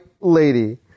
lady